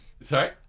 Sorry